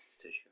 tissue